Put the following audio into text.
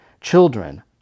children